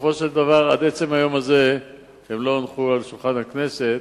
בסופו של דבר עד עצם היום הזה הן לא הונחו על שולחן הכנסת,